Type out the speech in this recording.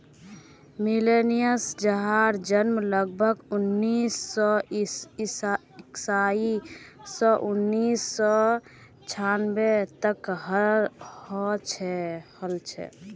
millennials जहार जन्म लगभग उन्नीस सौ इक्यासी स उन्नीस सौ छानबे तक हल छे